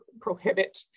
prohibit